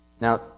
Now